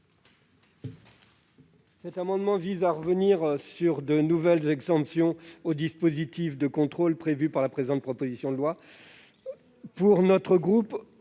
Cet amendement vise à revenir sur de nouvelles exemptions au dispositif de contrôle prévu par le présent texte.